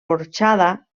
porxada